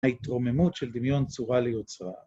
ההתרוממות של דמיון צורה ליוצרה.